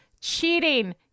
cheating